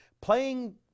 Playing